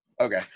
Okay